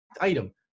item